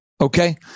okay